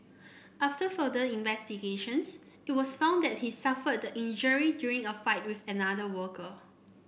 after further investigations it was found that he suffered the injury during a fight with another worker